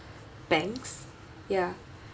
banks ya